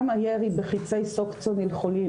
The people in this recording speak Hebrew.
גם הירי בחיצי --- יכולים,